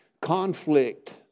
Conflict